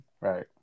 Right